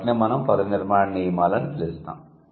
వాటినే మనం పద నిర్మాణ నియమాలు అని పిలుస్తాము